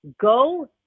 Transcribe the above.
go